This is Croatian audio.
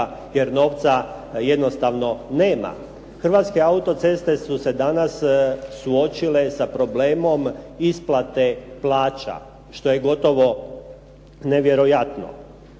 jer novca jednostavno nema. Hrvatske autoceste su se danas suočile sa problemom isplate plaća što je gotovo nevjerojatno.